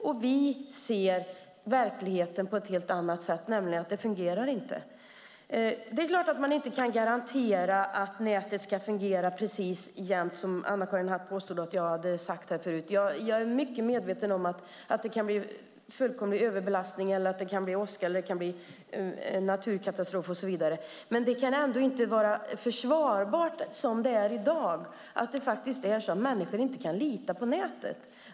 Men vi ser verkligheten på ett helt annat sätt, nämligen att det inte fungerar. Det är klart att man inte kan garantera att nätet ska fungera precis jämt, vilket Anna-Karin Hatt påstod att jag hade sagt här förut. Jag är mycket medveten om att det kan bli överbelastning, åskväder eller en naturkatastrof. Men det kan ändå inte vara försvarbart som det är i dag att människor inte kan lita på nätet.